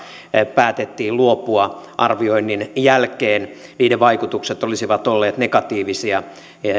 päätettiin luopua arvioinnin jälkeen niiden vaikutukset olisivat olleet negatiivisia